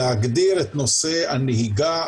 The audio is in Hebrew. להגדיר את נושא הנהיגה.